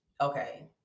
okay